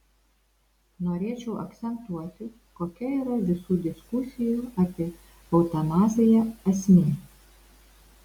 norėčiau akcentuoti kokia yra visų diskusijų apie eutanaziją esmė